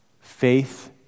faith